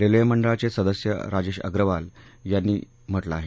railway मंडळाचे सदस्य राजेश अगरवाल यांनी म्हटलं आहे